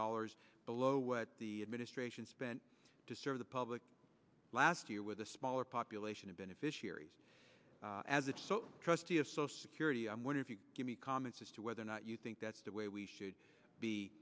dollars below what the administration spent to serve the public last year with a smaller population of beneficiaries as a trustee of social security i wonder if you give me comments as to whether or not you think that's the way we should be